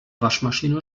waschmaschine